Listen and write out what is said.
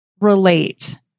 relate